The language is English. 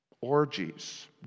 orgies